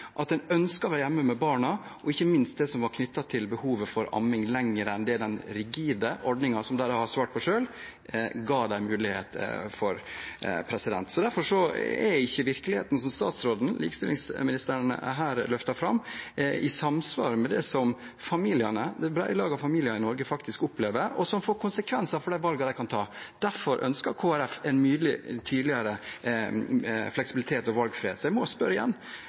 at en ønsket å være hjemme med barna, og ikke minst det som var knyttet til behov for amming lenger enn det den rigide ordningen – som er det de har svart på – ga dem mulighet til. Derfor er ikke virkeligheten som likestillingsministeren her løfter fram, i samsvar med det som det brede lag av familier i Norge faktisk opplever, og som får konsekvenser for de valgene de tar. Derfor ønsker Kristelig Folkeparti en tydeligere fleksibilitet og valgfrihet. Jeg må spørre igjen: